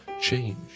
change